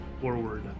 forward